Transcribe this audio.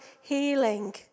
healing